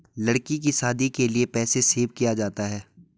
लड़की की शादी के लिए पैसे सेव किया जाता है